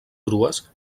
grues